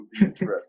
interesting